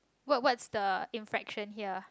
what what is the inflation here